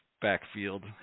backfield